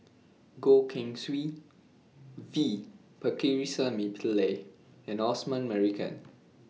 Goh Keng Swee V Pakirisamy Pillai and Osman Merican